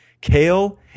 Kale